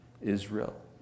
Israel